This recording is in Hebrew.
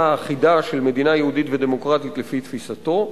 האחידה של מדינה יהודית ודמוקרטית לפי תפיסתו,